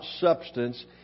substance